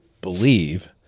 believe